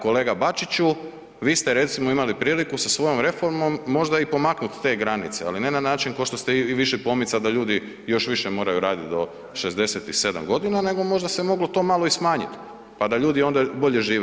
Kolega Bačiću, vi ste recimo imali priliku sa svojoj reformom možda i pomaknut te granice ali ne na način ko što ste ih vi više pomicali da ljudi još više moraju radit, do 67 g., nego možda se moglo to malo i smanjit pa da onda ljudi bolje žive.